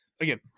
again